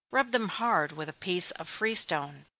rub them hard with a piece of free-stone.